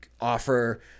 offer